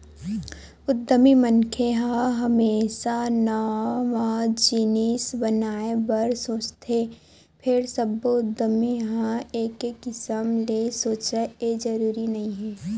उद्यमी मनखे ह हमेसा नवा जिनिस बनाए बर सोचथे फेर सब्बो उद्यमी ह एके किसम ले सोचय ए जरूरी नइ हे